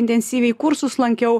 intensyviai kursus lankiau